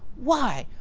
why,